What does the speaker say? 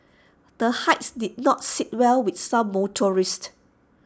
the hikes did not sit well with some motorists